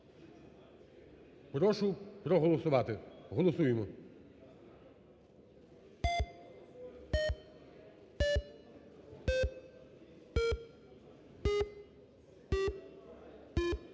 Прошу проголосувати. Голосуємо.